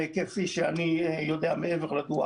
וכפי שאני יודע מעבר מדוח